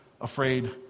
afraid